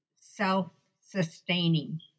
self-sustaining